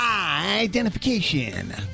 identification